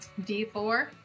D4